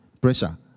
pressure